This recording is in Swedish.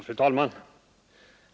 Fru talman!